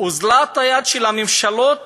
אוזלת היד של הממשלות